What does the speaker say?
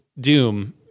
Doom